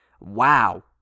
wow